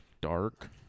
Dark